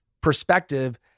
perspective